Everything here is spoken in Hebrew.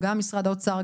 גם משרד האוצר,